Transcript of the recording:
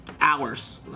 hours